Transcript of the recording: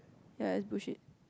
ya is bullshit